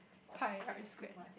pie R square